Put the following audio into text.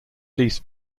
least